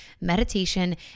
meditation